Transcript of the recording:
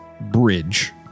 bridge